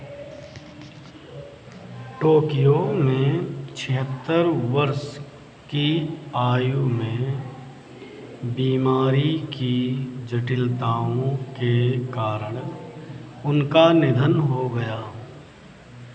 Tokyo में छिहत्तर वर्ष की आयु में बीमारी की जटिलताओं के कारण उनका निधन हो गया